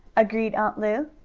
agreed aunt lu.